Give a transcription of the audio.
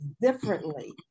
differently